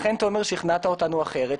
לכן שכנעת אותנו אחרת,